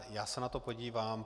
Já se na to podívám.